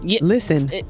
Listen